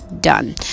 done